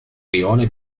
rione